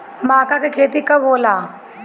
माका के खेती कब होला?